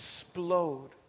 explode